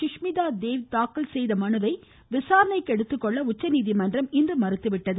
சுஷ்மிதா தேவ் தாக்கல் செய்த மனுவை விசாரணைக்கு எடுத்துக் கொள்ள உச்சநீதிமன்றம் இன்று மறுத்துவிட்டது